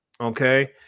Okay